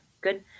good